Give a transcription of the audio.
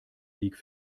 league